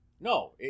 no